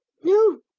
no,